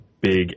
big